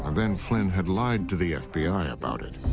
and then flynn had lied to the fbi about it.